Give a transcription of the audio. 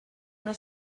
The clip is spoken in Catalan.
una